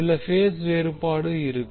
சில பேஸ் வேறுபாடு இருக்கும்